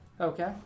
Okay